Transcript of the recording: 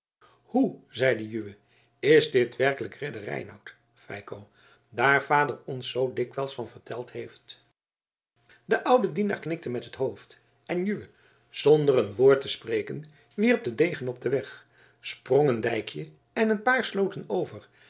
hoe zeide juwe is dit werkelijk ridder reinout feiko daar vader ons zoo dikwijls van verteld heeft de oude dienaar knikte met het hoofd en juwe zonder een woord te spreken wierp den degen op den weg sprong een dijkje en een paar slooten over